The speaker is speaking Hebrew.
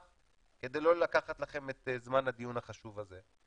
כדי לא לקחת לכם את זמן הדיון החשוב הזה.